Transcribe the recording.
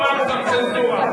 לא, עכשיו אנחנו גם צנזורה.